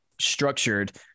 structured